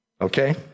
Okay